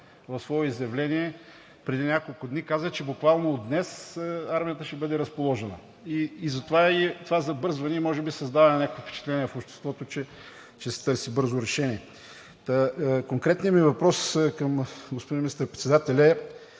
в свое изявление преди няколко дни каза, че буквално от днес армията ще бъде разположена. Затова е и това забързване и може би създаване на някакво впечатление в обществото, че се търси бързо решение. Конкретният ми въпрос към господин министър председателя